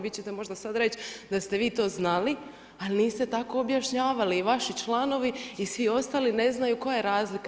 Vi ćete možda sada reći da ste vi to znali ali niste tako objašnjavali i vaši članovi i svi ostali ne znaju koja je razlika.